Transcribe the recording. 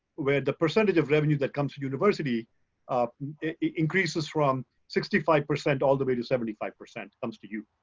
where the percentage of revenue that comes to university increases from sixty five percent all the way to seventy five percent comes to you.